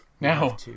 Now